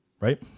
right